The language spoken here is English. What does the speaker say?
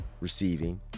receiving